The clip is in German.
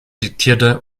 diktierte